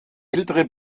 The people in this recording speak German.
ältere